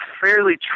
fairly